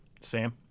Sam